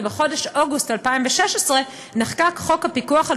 ובחודש אוגוסט 2016 נחקק חוק הפיקוח על